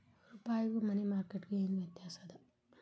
ರೂಪಾಯ್ಗು money market ಗು ಏನ್ ವ್ಯತ್ಯಾಸದ